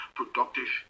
productive